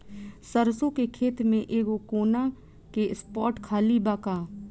सरसों के खेत में एगो कोना के स्पॉट खाली बा का?